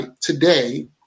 today